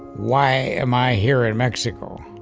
why am i here in mexico?